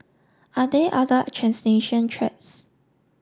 are there other trans nation threats